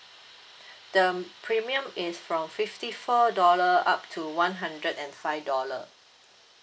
the premium is from fifty four dollar up to one hundred and five dollar